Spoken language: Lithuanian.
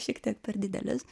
šiek tiek per didelis